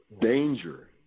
danger